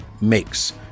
makes